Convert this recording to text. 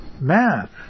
math